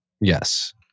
Yes